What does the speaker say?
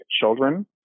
children